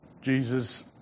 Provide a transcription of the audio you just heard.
Jesus